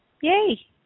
Yay